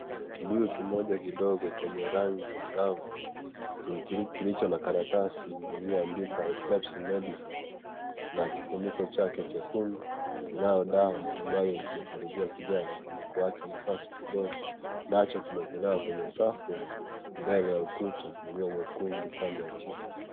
Kibuyu kimoja kidogo chenye rangi angavu kilicho na karatasi iliyoandikwa epilepsy medicine na kifuniko chake chekundu kinayo dawa ambayo imekaribia kujaa lakini kuacha nafasi kidogo . Nacho kimeekelewa kwenye safu mbele ya ukuta ulio mwekundu pande ya chini.